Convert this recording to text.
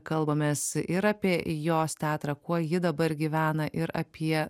kalbamės ir apie jos teatrą kuo ji dabar gyvena ir apie